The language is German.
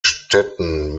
städten